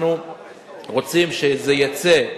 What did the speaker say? אנחנו רוצים שזה יצא.